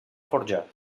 forjat